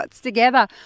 together